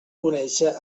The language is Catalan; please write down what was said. conèixer